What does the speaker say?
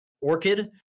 orchid